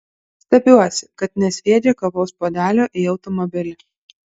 stebiuosi kad nesviedžia kavos puodelio į automobilį